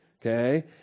Okay